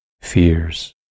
fears